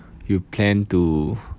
you plan to